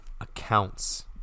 accounts